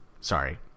Sorry